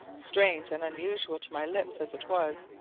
strange and unusual to my lips as it was,